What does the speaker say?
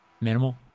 minimal